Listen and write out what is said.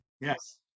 yes